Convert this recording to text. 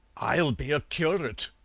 i'll be a curate!